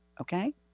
okay